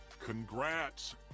congrats